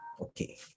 Okay